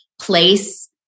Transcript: place